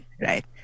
right